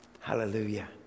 Hallelujah